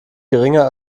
geringer